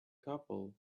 couple